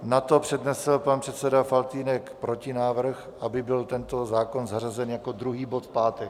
Nato přednesl pan předseda Faltýnek protinávrh, aby byl tento zákon zařazen jako druhý bod v pátek.